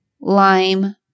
lime